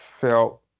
felt